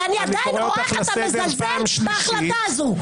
ואני עדיין רואה איך אתה מזלזל בהחלטה הזאת.